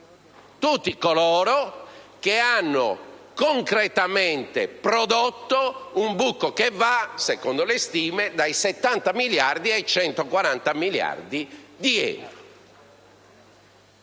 tutti coloro che hanno concretamente prodotto un buco che va, secondo le stime, dai 70 ai 140 miliardi di euro.